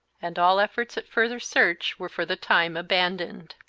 and all efforts at further search were for the time abandoned.